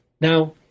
Now